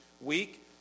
week